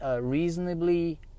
reasonably